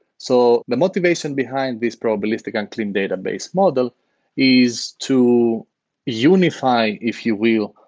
so the motivation behind this probabilistic unclean database model is to unify, if you will,